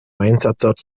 einsatzort